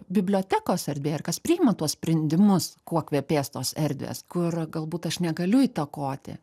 bibliotekos erdvė ir kas priima tuos sprendimus kuo kvepės tos erdvės kur galbūt aš negaliu įtakoti